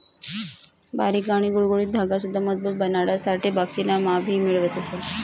बारीक आणि गुळगुळीत धागा सुद्धा मजबूत बनाडासाठे बाकिना मा भी मिळवतस